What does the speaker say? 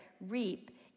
reap